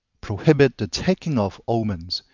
prohibit the taking of omens,